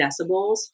decibels